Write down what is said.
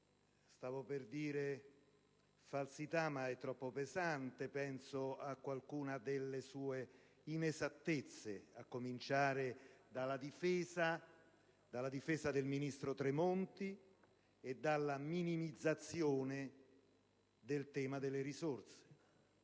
Stavo per dire falsità, ma è troppo pesante: piuttosto qualcuna delle sue inesattezze, a cominciare dalla difesa del ministro Tremonti e dalla minimizzazione del tema delle risorse.